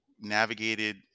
navigated